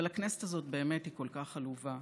אבל הכנסת הזאת באמת כל כך עלובה,